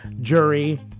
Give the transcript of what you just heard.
jury